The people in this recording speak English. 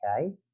okay